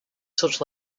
such